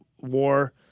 war